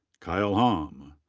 kyle hom.